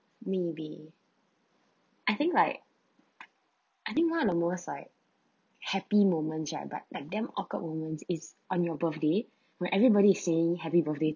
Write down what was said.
maybe I think like I think one of the most like happy moments right but but damn awkward moment is on your birthday when everybody is singing happy birthday